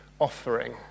offering